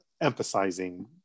emphasizing